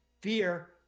Fear